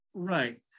right